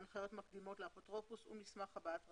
הנחיות מקדימות לאפוטרופוס ומסמך הבעת רצון.